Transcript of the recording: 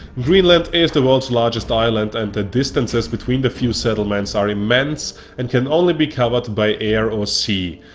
greenland is the world's largest island and the distances between the few settlements are immense and can only be covered by air or sea.